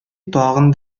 тагын